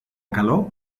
calor